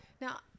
Now